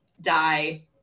die